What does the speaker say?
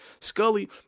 Scully